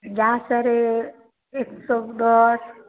जासर एक सए दस